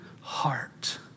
heart